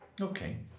Okay